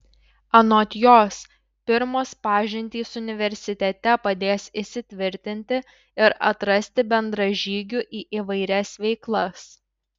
anot jos pirmos pažintys universitete padės įsitvirtinti ir atrasti bendražygių į įvairias veiklas